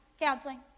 counseling